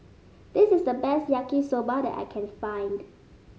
this is the best Yaki Soba that I can find